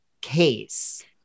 case